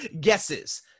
guesses